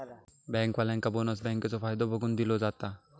बँकेवाल्यांका बोनस बँकेचो फायदो बघून दिलो जाता